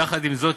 יחד עם זאת,